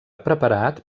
preparat